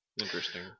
interesting